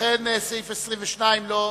לכן, אחרי סעיף 22 לא מתקבל,